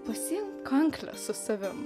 pasiimk kankles su savim